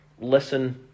Listen